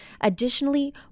Additionally